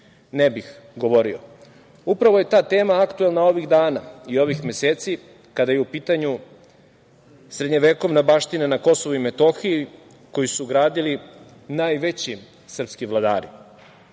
ne bih govorio. Upravo je ta tema aktuelna ovih dana i ovih meseci kada je u pitanju srednjovekovna baština na Kosovu i Metohiji, koju su gradili najveći srpski vladari.